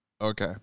okay